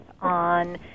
on